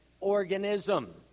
organism